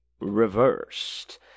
reversed